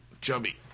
Chubby